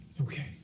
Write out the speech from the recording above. Okay